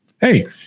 hey